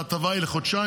ההטבה היא לחודשיים.